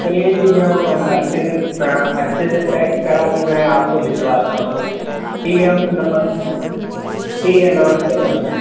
चलिए ठीक है हम अच्छे से अच्छे से पैक कराकर मैं आपको भिजवाता हूँ ठीक है मैम नमस्ते ठीक है नमस्ते मैम